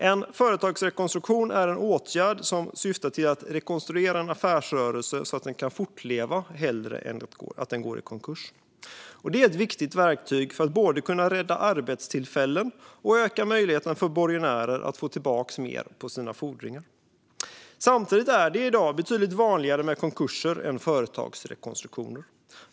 En företagsrekonstruktion är en åtgärd som syftar till att rekonstruera en affärsrörelse så att den kan fortleva hellre än att gå i konkurs. Det är ett viktigt verktyg för att kunna både rädda arbetstillfällen och öka möjligheterna för borgenärer att få tillbaka mer på sina fordringar. Samtidigt är det i dag betydligt vanligare med konkurser än företagsrekonstruktioner.